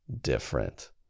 different